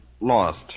lost